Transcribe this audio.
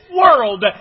world